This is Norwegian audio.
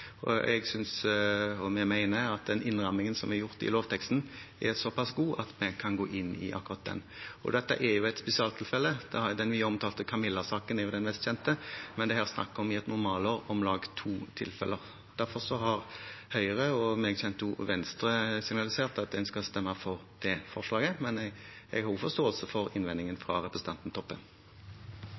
Jeg mener at den innrammingen som er gjort i lovteksten, er såpass god at vi kan gå inn i akkurat den. Dette er et spesialtilfelle – den mye omtalte Camilla-saken er den mest kjente – men det er i et normalår snakk om om lag to tilfeller. Derfor har Høyre og meg bekjent også Venstre signalisert at en skal stemme for det forslaget. Men jeg har også forståelse for innvendingen fra representanten Toppe.